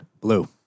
Blue